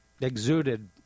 exuded